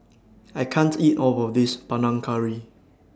I can't eat All of This Panang Curry